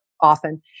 often